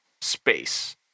space